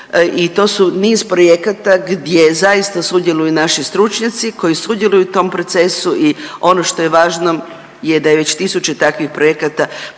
i to su niz projekata gdje zaista sudjeluju naši stručnjaci koji sudjeluju u tom procesu i ono što je važno je da je već tisuće takvih projekata